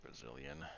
Brazilian